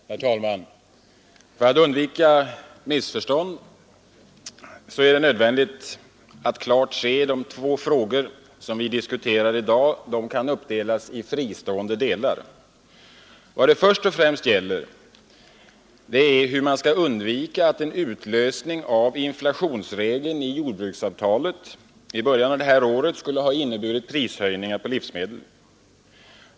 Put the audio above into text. Herr talman! För att undvika missförstånd är det nödvändigt att klart se att vi i dag diskuterar två från varandra åtskilda frågor. Vad det först och främst gäller är hur man skall undvika att en utlösning av jordbruksavtalets inflationsregel i början av det här året medför prishöjningar på livsmedel.